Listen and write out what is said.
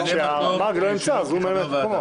כשחבר הוועדה לא נמצא, הוא ממלא את מקומו.